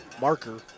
marker